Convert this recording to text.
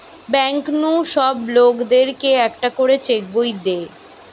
bank নু সব লোকদের কে একটা করে চেক বই দে